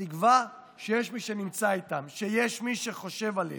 תקווה לכך שיש מי שנמצא איתם, שיש מי שחושב עליהם.